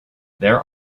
there